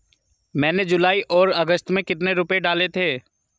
मैंने जुलाई और अगस्त में कितने रुपये डाले थे?